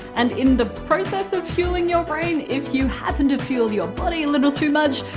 and in the process of fueling your brain, if you happen to fuel your body a little too much,